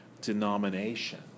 denomination